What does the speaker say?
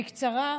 בקצרה: